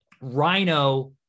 Rhino